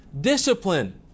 Discipline